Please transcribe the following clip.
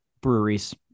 breweries